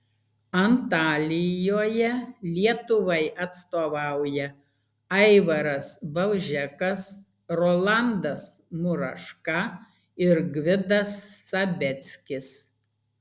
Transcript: antalijoje lietuvai atstovauja aivaras balžekas rolandas muraška ir gvidas sabeckis